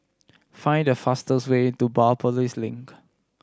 find the fastest way to Biopolis Link